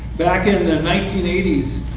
back in the nineteen eighty s,